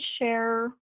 share